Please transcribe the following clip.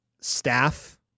staff